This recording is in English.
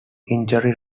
injury